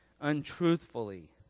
untruthfully